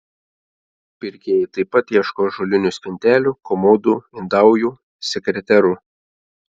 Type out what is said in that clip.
pirkėjai taip pat ieško ąžuolinių spintelių komodų indaujų sekreterų